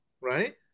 right